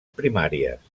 primàries